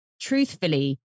truthfully